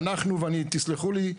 ותסלחו לי,